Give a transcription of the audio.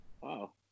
Wow